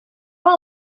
will